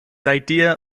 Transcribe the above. idea